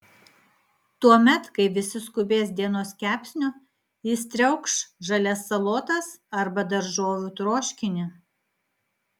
tuomet kai visi skubės dienos kepsnio jis triaukš žalias salotas arba daržovių troškinį